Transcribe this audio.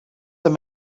that